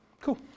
Cool